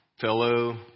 fellow